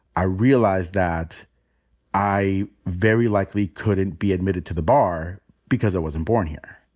i realized that i very likely couldn't be admitted to the bar because i wasn't born here.